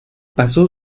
pasó